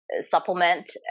supplement